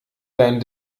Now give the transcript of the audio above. dein